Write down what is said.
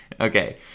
Okay